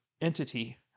entity